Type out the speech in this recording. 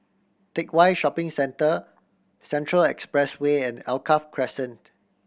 Teck Whye Shopping Centre Central Expressway and Alkaff Crescent